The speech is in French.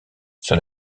sur